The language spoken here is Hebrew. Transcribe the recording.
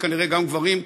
וכנראה גם גברים,